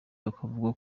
bakavuga